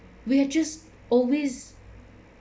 we're just always